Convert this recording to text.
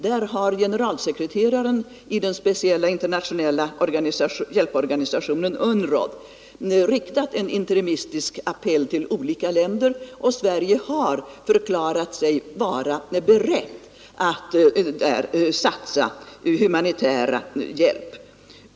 FN:s generalsekreterare har riktat en interimistisk appell till olika länder, till förmån för den speciella internationella hjälporganisationen UNROD, och Sverige har förklarat sig vara berett att göra ytterligare humanitära hjälpinsatser för Bangladesh.